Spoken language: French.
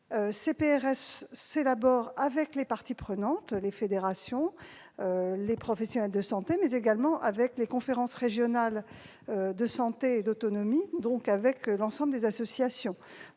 s'élaborent avec les parties prenantes, les fédérations, les professionnels de santé, mais également les conférences régionales de santé et d'autonomie, donc avec l'ensemble des associations.